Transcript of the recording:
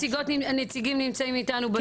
הנציגים נמצאים איתנו בזום.